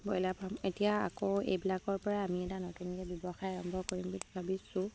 broiler farm এতিয়া আকৌ এইবিলাকৰ পৰা আমি এটা নতুনকে ব্যৱসায় আৰম্ভ কৰিম বুলি ভাবিছোঁ